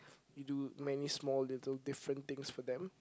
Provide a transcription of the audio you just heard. you do many small little different things for them